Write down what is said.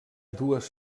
dues